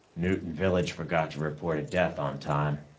newton village forgot to report a death on time.